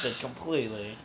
completely